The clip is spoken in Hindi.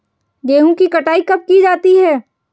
गेहूँ की कटाई कब की जाती है?